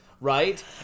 right